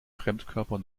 fremdkörper